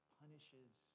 punishes